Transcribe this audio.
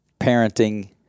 Parenting